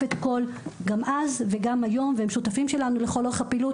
גם אז וגם היום והם שותפים שלנו לכל אורך הפעילות.